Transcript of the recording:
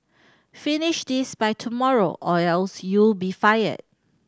finish this by tomorrow or else you'll be fired